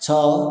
ଛଅ